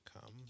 Come